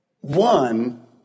one